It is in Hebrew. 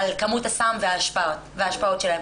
את כמות הסם וההשפעות שלו.